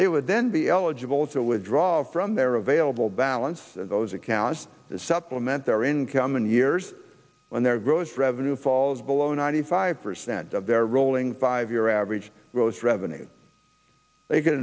they would then be eligible to withdraw from their available balance those accounts to supplement their income in years on their grows revenue falls below ninety five percent of their rolling five year average growth revenues they can